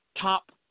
top –